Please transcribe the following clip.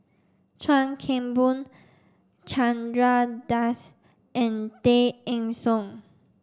Chuan Keng Boon Chandra Das and Tay Eng Soon